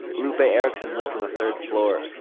lupe ah ericson lives on the third floor.